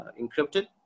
encrypted